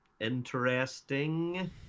interesting